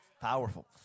Powerful